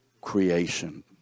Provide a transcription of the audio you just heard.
creation